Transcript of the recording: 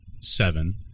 seven